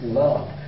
love